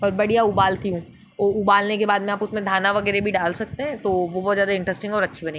और बढ़िया उबालती हूँ उबालने के बाद में आप उसमें धाना वगैरह भी डाल सकते हैं तो वो बहुत ज़्यादा इंटरेस्टिंग और अच्छी बनेगी